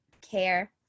care